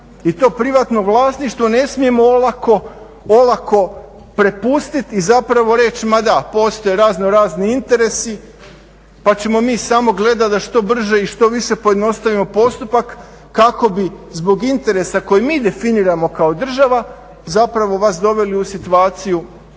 I to privatno vlasništvo ne smijemo olako prepustiti i zapravo reći ma da postoje raznorazni interesi pa ćemo mi samo gledati da što brže i što više pojednostavimo postupak kako bi zbog interesa koji mi definiramo kao država zapravo vas doveli u situaciju